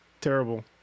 terrible